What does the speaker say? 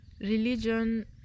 religion